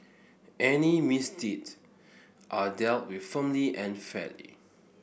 any misdeeds are dealt with firmly and fairly